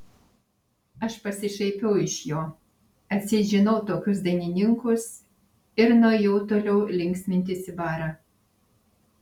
aš pasišaipiau iš jo atseit žinau tokius dainininkus ir nuėjau toliau linksmintis į barą